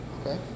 okay